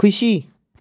खुसी